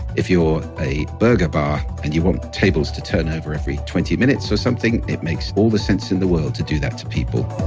if you're a burger bar and you want tables to turn over every twenty minutes or so something, it makes all the sense in the world to do that to people